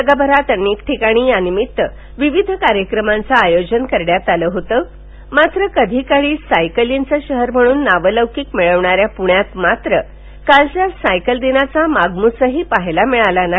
जगभरात अनेक ठिकाणी या निमित्त विविध कार्यक्रमांच आयोजन करण्यात आलं होतं मात्र कधी काळी सायकलींचं शहर म्हणून नावलौकिक मिळवणाऱ्या पुण्यात मात्र कालच्या सायकल दिनाचा मागमूसही पाहायला मिळाला नाही